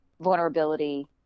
vulnerability